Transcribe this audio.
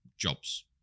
jobs